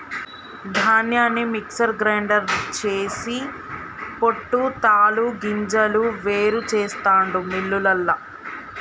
ధాన్యాన్ని mixer grinder చేసి పొట్టు తాలు గింజలు వేరు చెస్తాండు మిల్లులల్ల